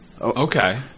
Okay